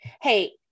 Hey